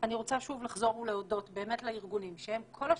אני רוצה שוב לחזור ולהודות באמת לארגונים שהם כל השנה,